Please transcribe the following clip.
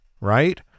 right